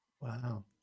Wow